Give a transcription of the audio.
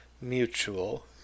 Mutual